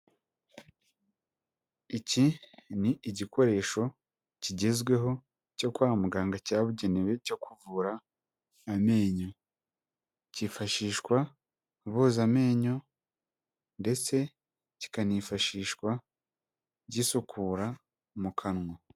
Iki ni igikoresho kigezweho cyo kwa muganga cyabugenewe cyo kuvura amenyo, cyifashishwa boza amenyo ndetse kikanifashishwa gisukura mu kanwa.